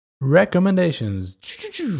Recommendations